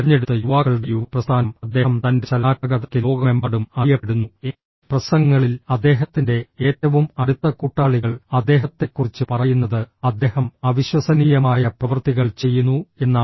തിരഞ്ഞെടുത്ത യുവാക്കളുടെ യുവ പ്രസ്ഥാനം അദ്ദേഹം തന്റെ ചലനാത്മകതയ്ക്ക് ലോകമെമ്പാടും അറിയപ്പെടുന്നു പ്രസംഗങ്ങളിൽ അദ്ദേഹത്തിൻറെ ഏറ്റവും അടുത്ത കൂട്ടാളികൾ അദ്ദേഹത്തെക്കുറിച്ച് പറയുന്നത് അദ്ദേഹം അവിശ്വസനീയമായ പ്രവൃത്തികൾ ചെയ്യുന്നു എന്നാണ്